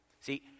See